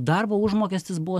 darbo užmokestis buvo